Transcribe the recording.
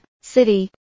city